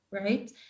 Right